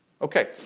Okay